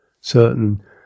certain